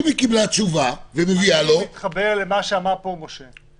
אם היא קיבלה תשובה ומביאה לו --- אני מתחבר למה שאמר פה משה.